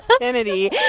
kennedy